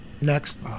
Next